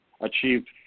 achieved